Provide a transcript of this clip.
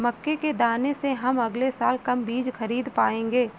मक्के के दाने से हम अगले साल कम बीज खरीद पाएंगे